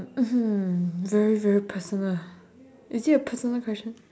mmhmm very very personal is it a personal question